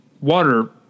water